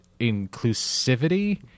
inclusivity